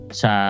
sa